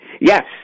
Yes